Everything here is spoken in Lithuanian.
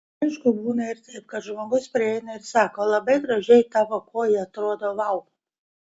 aišku būna ir taip kad žmogus prieina ir sako labai gražiai tavo koja atrodo vau